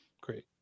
great